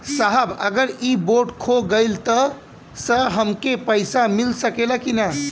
साहब अगर इ बोडखो गईलतऽ हमके पैसा मिल सकेला की ना?